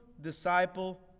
disciple